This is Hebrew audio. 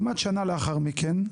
כמעט שנה לאחר מכן,